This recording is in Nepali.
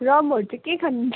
रमहरू चाहिँ के खानुहुन्छ